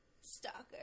stalker